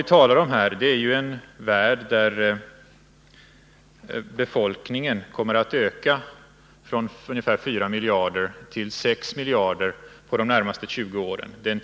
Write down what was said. Vi talar ju här om en värld där befolkningen under de närmaste 20 åren kommer att öka från ungefär 4 miljarder till 6 miljarder.